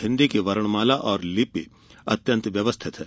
हिन्दी की वर्णमाला और लिपि अत्यन्त व्यवस्थीत है